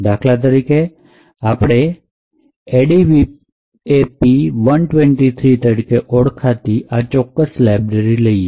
દાખલા તરીકે આપણે ADVAP૧૨૩ તરીકે ઓળખાતી ચોક્કસ લાઇબ્રેરી લઈએ